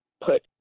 put